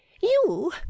You